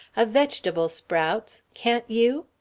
a vegetable sprouts. can't you?